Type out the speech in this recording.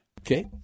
Okay